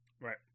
Right